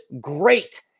great